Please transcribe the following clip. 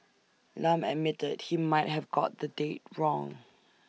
Lam admitted he might have got the date wrong